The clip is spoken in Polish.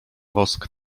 wosk